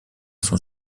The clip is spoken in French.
son